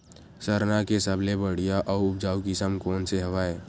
सरना के सबले बढ़िया आऊ उपजाऊ किसम कोन से हवय?